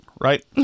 right